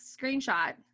screenshot